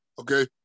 okay